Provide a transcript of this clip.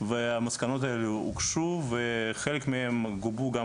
והמסקנות האלה הוגשו וחלק מהם גובו גם